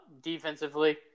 defensively